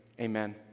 Amen